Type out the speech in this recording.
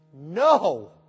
no